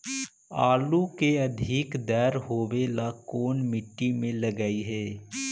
आलू के अधिक दर होवे ला कोन मट्टी में लगीईऐ?